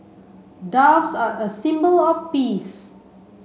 doves are a symbol of peace